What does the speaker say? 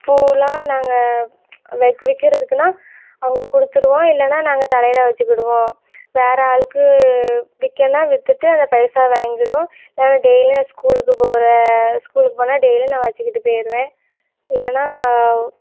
பூவெல்லாம் நாங்கள் வக் விற்கிறதுக்குன்னா அவங்க கொடுத்துருவோம் இல்லைன்னா நாங்கள் தலையில் வச்சுக்கிடுவோம் வேறு ஆளுக்கு விற்கன்னா விற்றுட்டு அந்த பைசா வாங்கிவிடுவோம் ஏன்னால் டெய்லியும் நான் ஸ்கூலுக்கு போகிற ஸ்கூலுக்கு போனால் டெய்லியும் நான் வச்சுக்கிட்டு போயிடுவேன் இல்லைன்னா